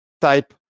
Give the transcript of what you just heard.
type